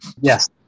Yes